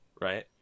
right